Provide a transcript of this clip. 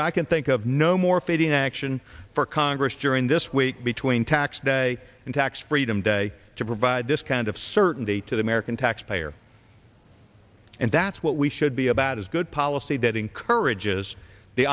speaker i can think of no more fitting action for congress during this week between tax day and tax freedom day to provide this kind of certainty to the american taxpayer and that's what we should be about is good policy that encourages the